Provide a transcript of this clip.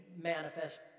manifest